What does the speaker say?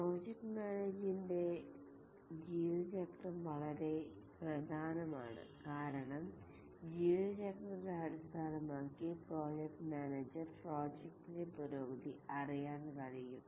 project മാനേജറിൻറെ ജീവിതചക്രം വളരെ പ്രധാനമാണ് കാരണം ജീവിത ചക്രത്തെ അടിസ്ഥാനമാക്കി പ്രോജക്ട് മാനേജർ പ്രോജക്ടിൻറെ പുരോഗതി അറിയാൻ കഴിയും